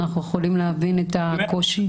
אנחנו יכולים להבין את הקושי.